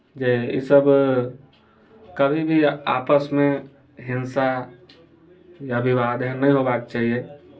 जे ईसभ कभी भी आपसमे हिंसा या विवाद एहन नहि होयबाक चाहियै